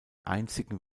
einzigen